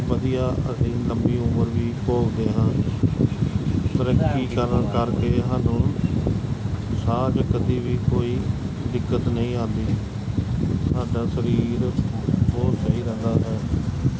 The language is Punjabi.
ਵਧੀਆ ਅਸੀਂ ਲੰਬੀ ਉਮਰ ਵੀ ਭੋਗਦੇ ਹਾਂ ਤੈਰਾਕੀ ਕਰਨ ਕਰਕੇ ਸਾਨੂੰ ਸਾਹ 'ਚ ਕਦੇ ਵੀ ਕੋਈ ਦਿੱਕਤ ਨਹੀਂ ਆਉਂਦੀ ਸਾਡਾ ਸਰੀਰ ਬਹੁਤ ਸਹੀ ਰਹਿੰਦਾ ਹੈ